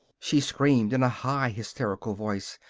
she screamed in a high, hysterical voice.